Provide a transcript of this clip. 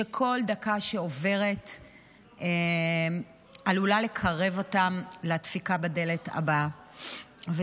שכל דקה שעוברת עלולה לקרב אותם לדפיקה הבאה בדלת.